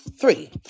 Three